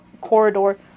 corridor